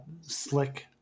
slick